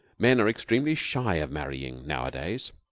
men are extremely shy of marrying nowadays.